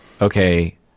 okay